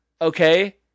Okay